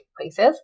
places